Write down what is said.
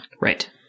Right